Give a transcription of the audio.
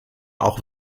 auch